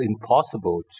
impossible